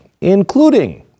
including